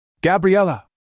Gabriella